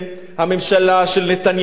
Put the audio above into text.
הממשלה של נתניהו,